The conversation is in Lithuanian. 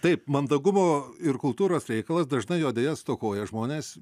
taip mandagumo ir kultūros reikalas dažnai jo deja stokoja žmonės